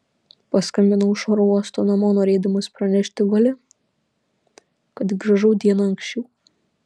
paskambinau iš oro uosto namo norėdamas pranešti vali kad grįžau diena anksčiau